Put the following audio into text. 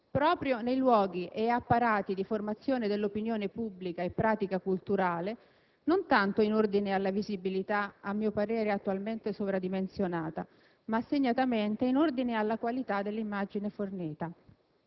proprio nei luoghi e apparati di formazione dell'opinione pubblica e pratica culturale, non tanto in ordine alla visibilità, a mio parere attualmente sovradimensionata, ma segnatamente in ordine alla qualità dell'immagine fornita.